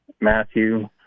matthew